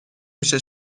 میشه